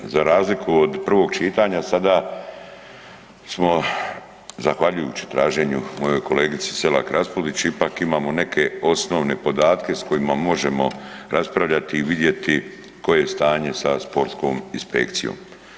Za razliku od prvog čitanja sada smo zahvaljujući traženju mojoj kolegici Selak Raspudić ipak imamo neke osnovne podatke s kojima možemo raspravljati i vidjeti koje je stanje sa sportskom inspekcijom.